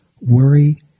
worry